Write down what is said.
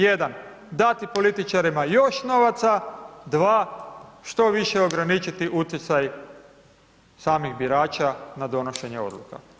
Jedan, dati političarima još novaca, dva što više ograničiti utjecaj samih birača na donošenje odluka.